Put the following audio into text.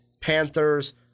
Panthers